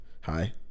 hi